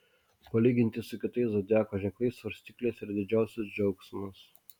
palyginti su kitais zodiako ženklais svarstyklės yra didžiausias džiaugsmas